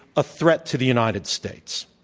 a threat to the united states.